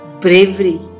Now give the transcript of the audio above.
bravery